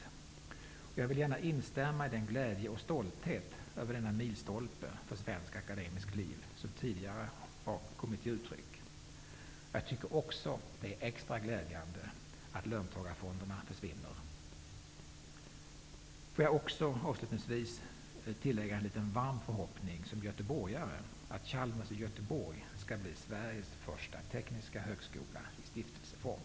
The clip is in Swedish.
Vidare vill jag gärna instämma när det gäller den glädje och den stolthet över denna milstolpe för svenskt akademiskt liv som tidigare har kommit till uttryck. Det är också extra glädjande att löntagarfonderna försvinner. Avslutningsvis vill jag som göteborgare tillägga att jag hyser en liten varm förhoppning om att Chalmers i Göteborg blir Sveriges första tekniska högskola i stiftelseform.